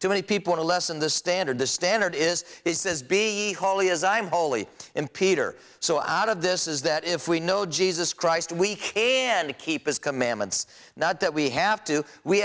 to many people to lessen the standard the standard is he says be holy as i am holy in peter so out of this is that if we know jesus christ we can keep his commandments not that we have to we